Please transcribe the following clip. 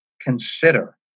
consider